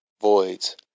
voids